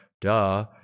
duh